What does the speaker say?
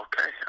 Okay